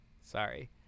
sorry